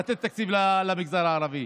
לתת תקציב למגזר הערבי.